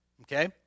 okay